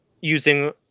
using